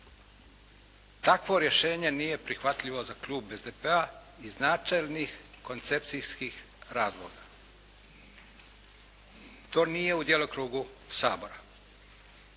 Takvo rješenje nije prihvatljivo za klub SDP-a iz načelnih koncepcijskih razloga. To nije u djelokrugu Sabora.